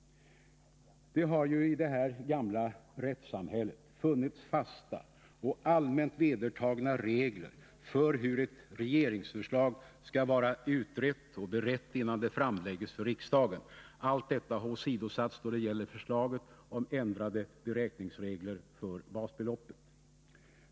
Det har ju i det här gamla rättssamhället funnits fasta och allmänt vedertagna regler för hur ett regeringsförslag skall vara utrett och berett, innan det framläggs för riksdagen. Allt detta har åsidosatts då det gäller förslaget om ändrade beräkningsregler för basbeloppet.